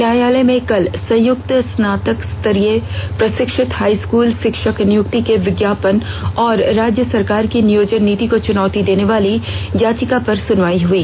न्यायालय में कल संयुक्त स्नातक स्तरीय प्रषिक्षित हाई स्कूल षिक्षक नियुक्ति के विज्ञापन और राज्य सरकार की नियोजन नीति को चुनौती देने वाली याचिका पर सुनवाई हुई